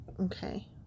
Okay